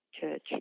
church